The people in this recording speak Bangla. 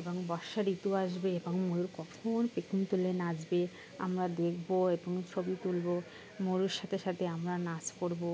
এবং বর্ষার ঋতু আসবে এবং ময়ূর কখন পেখম তুলে নাচবে আমরা দেখবো এবং ছবি তুলব ময়ূরের সাথে সাথে আমরা নাচ করবো